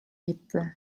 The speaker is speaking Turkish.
gitti